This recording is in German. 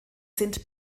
sind